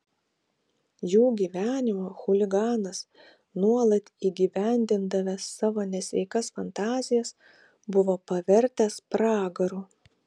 jų gyvenimą chuliganas nuolat įgyvendindavęs savo nesveikas fantazijas buvo pavertęs pragaru